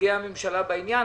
נציגי הממשלה בעניין.